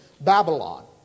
Babylon